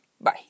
Bye